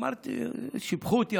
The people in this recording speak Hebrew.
שיבחו אותי.